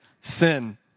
sin